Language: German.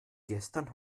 gestern